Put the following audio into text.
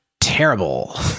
terrible